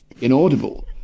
inaudible